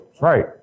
Right